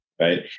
Right